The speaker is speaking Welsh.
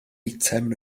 eitem